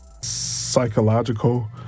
psychological